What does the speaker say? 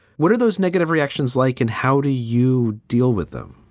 what are those negative reactions like and how do you deal with them?